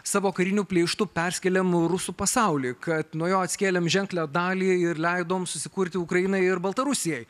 savo kariniu pleištu perskėlėm rusų pasaulį kad nuo jo atkėlėm ženklią dalį ir leidom susikurti ukrainai ir baltarusijai